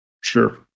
Sure